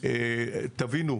תבינו,